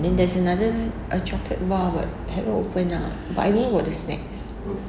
then there's another a chocolate bar but haven't open lah but I know about the snacks